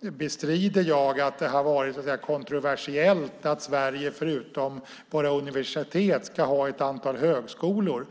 bestrider jag att det har varit kontroversiellt att Sverige förutom våra universitet ska ha ett antal högskolor.